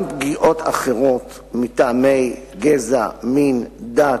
גם פגיעות אחרות מטעמי גזע, מין, דת,